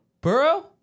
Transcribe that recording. Burrow